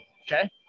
okay